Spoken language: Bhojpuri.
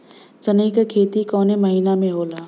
सनई का खेती कवने महीना में होला?